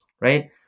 Right